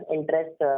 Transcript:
Interest